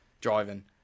driving